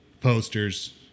posters